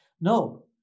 No